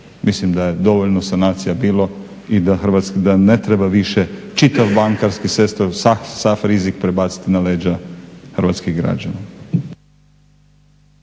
Mislim da je dovoljno sanacija bilo i da ne treba više čitav bankarski …/Govornik se ne razumije./… sav rizik prebaciti na leđa hrvatskih građana.